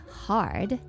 hard